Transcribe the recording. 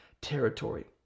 territory